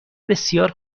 بسیار